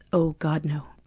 oh god, no.